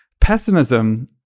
pessimism